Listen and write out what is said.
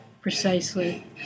precisely